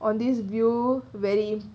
on this view very